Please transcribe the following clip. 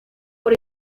por